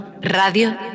Radio